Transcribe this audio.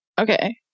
Okay